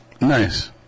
Nice